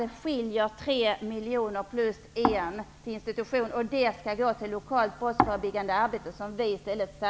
Det skiljer 3 miljoner som skall gå till lokal brottsförebyggande arbete plus 1 miljon till institutionen.